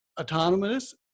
autonomous